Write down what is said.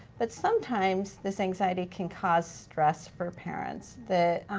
but sometimes this anxiety can cause stress for parents that,